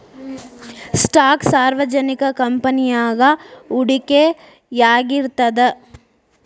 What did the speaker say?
stock ಸಾರ್ವಜನಿಕ ಕಂಪನಿಯಾಗ ಹೂಡಿಕೆಯಾಗಿರ್ತದ